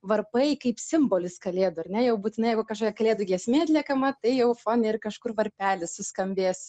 varpai kaip simbolis kalėdų ar ne jau būtinai kažkokia kalėdų giesmė atliekama tai jau fone ir kažkur varpelis suskambės